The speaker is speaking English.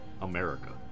America